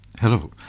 Hello